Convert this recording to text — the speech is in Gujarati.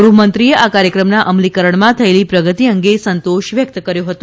ગૃહમંત્રીએ આ કાર્યક્રમના અમલીકરણમાં થયેલી પ્રગતી અંગે સંતોષ વ્યક્ત કર્યો હતો